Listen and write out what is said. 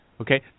Okay